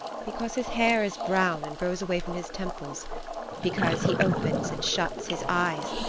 because his hair is brown and grows away from his temples because he opens and shuts his eyes,